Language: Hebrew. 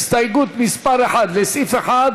רויטל סויד,